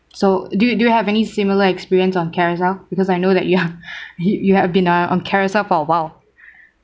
so do you do you have any similar experience on Carousell because I know that you are you you have been on Carousell for a while